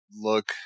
look